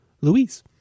Louise